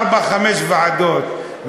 ארבע-חמש ועדות,